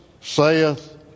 saith